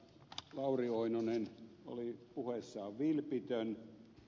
lauri oinonen oli puheessaan vilpitön ed